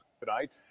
tonight